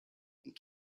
and